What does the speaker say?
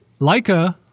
Leica